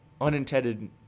unintended